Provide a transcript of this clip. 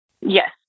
Yes